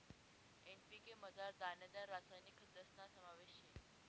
NPK मझार दानेदार रासायनिक खतस्ना समावेश शे